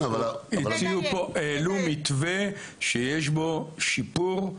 העלו מתווה שיש בו שיפור.